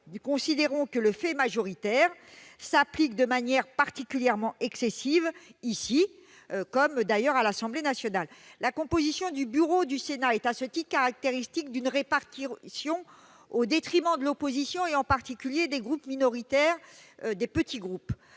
Nous considérons que le fait majoritaire s'applique de manière particulièrement excessive ici, comme d'ailleurs à l'Assemblée nationale. La composition du bureau du Sénat est, à ce titre, caractéristique d'une répartition faite au détriment de l'opposition, en particulier des groupes minoritaires et des petits groupes.